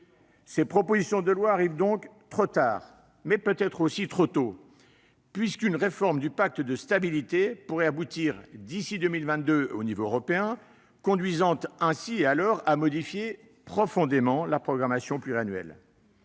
Ces propositions de loi arrivent donc trop tard, mais peut-être aussi trop tôt, puisqu'une réforme du pacte de stabilité pourrait aboutir au niveau européen d'ici à 2022, ce qui conduirait à modifier profondément la programmation pluriannuelle.